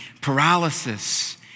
paralysis